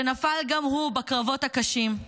שנפל גם הוא בקרבות הקשים,